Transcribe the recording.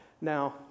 Now